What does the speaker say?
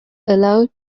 allowed